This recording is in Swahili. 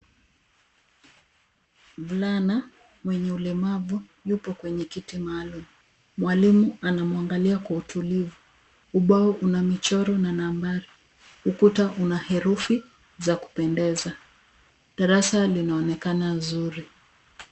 Mvulana mwenye ulemavu yupo kwenye kiti maalum. Mwalimu anamwangalia kwa utulivu. Ubao una michoro na nambari. Ukuta una herufi za kupendeza. Darasa linaonekana zuri.